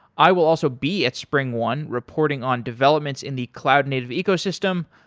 i will also be at springone reporting on developments in the cloud native ecosystem.